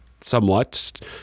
somewhat